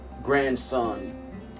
Grandson